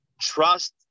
Trust